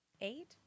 eight